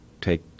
take